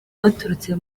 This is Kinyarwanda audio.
baturutse